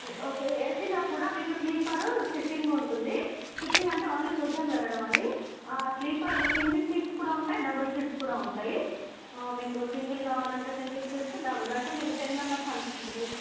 okay ఏసీలో కూడా మీకు స్లీపరు సిట్టింగ్ ఉంటుంది సిట్టింగ్ అంటే ఓన్లీ కూర్చోని వెళ్ళడం అండి స్లీపర్ సింగిల్ సీట్స్ కూడా ఉంటాయి డబుల్ సీట్స్ కూడా ఉంటాయి మీకు సింగిల్ కావాలంటే సింగిల్ సీట్స్ డబుల్ అంటే మీరు టెన్ మెంబెర్స్ అంటున్నారు కదా